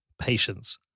patience